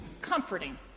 comforting